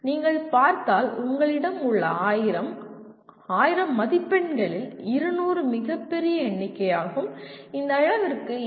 நீங்கள் பார்த்தால் உங்களிடம் உள்ள 1000 1000 மதிப்பெண்களில் 200 மிகப் பெரிய எண்ணிக்கையாகும் இந்த அளவிற்கு என்